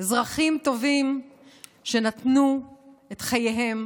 אזרחים טובים שנתנו את חייהם